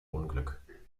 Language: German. unglück